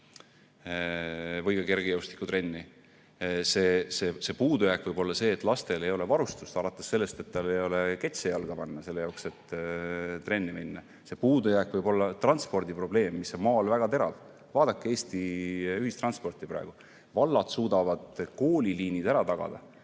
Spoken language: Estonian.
või ka kergejõustikutrenni. Puudujääk võib olla see, et lastel ei ole varustust, alates sellest, et ei ole ketse jalga panna, et trenni minna. Puudujääk võib olla transpordiprobleem, mis on maal väga terav. Vaadake Eesti ühistransporti praegu. Vallad suudavad kooliliinid ära tagada,